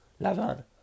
Lavan